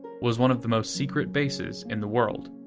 was one of the most secret bases in the world.